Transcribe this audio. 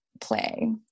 play